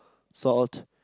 salt